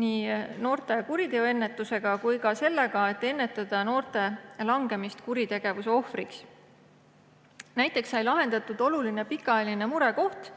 nii noorte kuriteoennetusega kui ka sellega, et ennetada noorte langemist kuritegevuse ohvriks. Näiteks sai lahendatud oluline pikaajaline murekoht: